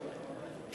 והגיוני.